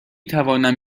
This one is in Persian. توانم